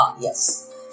Yes